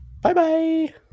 Bye-bye